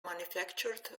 manufactured